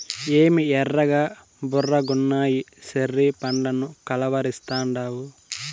ఏమి ఎర్రగా బుర్రగున్నయ్యి చెర్రీ పండ్లని కలవరిస్తాండావు